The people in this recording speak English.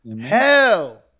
Hell